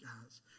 guys